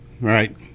Right